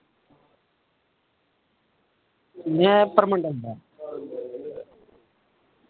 में परमंडल दा